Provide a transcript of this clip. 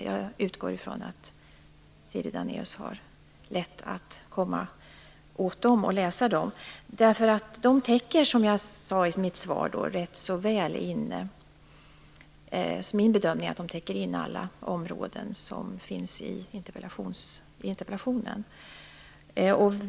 Jag utgår ifrån att Siri Dannaeus har lätt att komma åt att läsa dem. Som jag sade i mitt svar täcker de enligt min bedömning rätt väl in alla områden som tas upp i interpellationen.